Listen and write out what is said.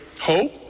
hope